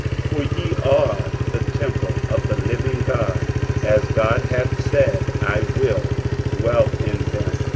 for ye are the temple of the living god as god hath said, i will dwell in them,